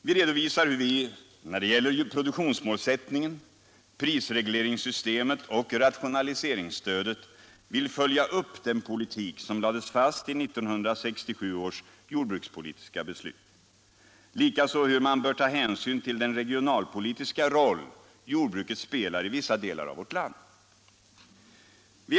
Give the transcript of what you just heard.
Vi redovisar hur vi när det gäller produktionsmålsättningen, prisregleringssystemet och rationaliseringsstödet vill följa upp den politik som lades fast i 1967 års jordbrukspolitiska beslut, likaså hur man bör ta hänsyn till den regionalpolitiska roll som jordbruket spelar i vissa delar av vårt land.